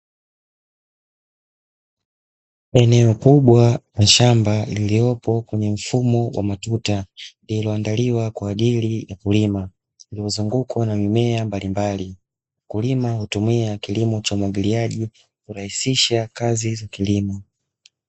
Eneo kubwa la shamba lililopo kwenye mfumo wa matuta lililoandaliwa kwa ajili ya kulima, limezungukwa na mimea mbalimbali, mkulima hutumia kilimo cha umwagiliaji kurahisisha kazi za kilimo.